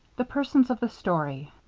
the persons of the story